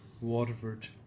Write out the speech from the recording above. Waterford